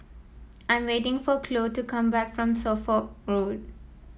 I am waiting for Chloe to come back from Suffolk Road